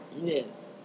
Yes